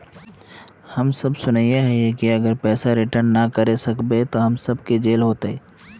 हम सब सुनैय हिये की अगर पैसा रिटर्न ना करे सकबे तो हम सब के जेल होते?